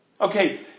Okay